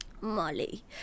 Molly